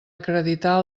acreditar